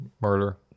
murder